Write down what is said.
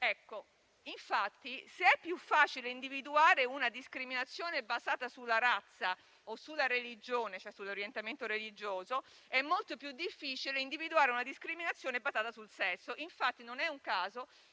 Se è più facile individuare una discriminazione basata sulla razza o sulla religione, cioè sull'orientamento religioso, è molto più difficile individuare una discriminazione basata sul sesso; infatti non è un caso